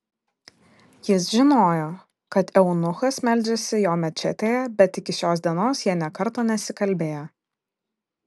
jis žinojo kad eunuchas meldžiasi jo mečetėje bet iki šios dienos jie nė karto nesikalbėjo